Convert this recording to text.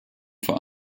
vor